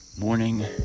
morning